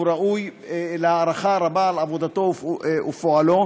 והוא ראוי להערכה רבה על עבודתו ופועלו,